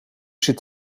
zit